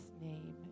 name